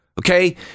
Okay